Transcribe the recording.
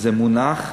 וזה מונח,